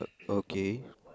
okay